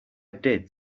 did